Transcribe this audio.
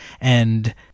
and-